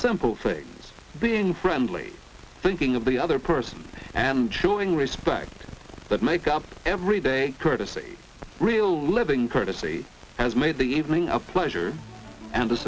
simple things being friendly thinking of the other person and showing respect that make up everyday courtesy real living courtesy has made the evening a pleasure and the